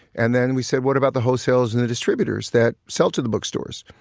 and then we said, what about the wholesalers and the distributors that sell to the bookstores?